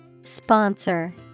Sponsor